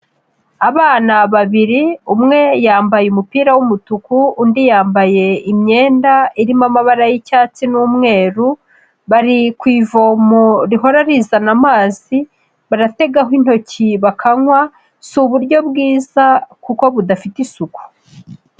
Abana babiri, umwe yambaye umupira w'umutuku, undi yambaye imyenda irimo amabara y'icyatsi n'umweru, bari ku ivomo rihora rizana amazi, barategaho intoki bakanywa, si uburyo bwiza kuko budafite isuku.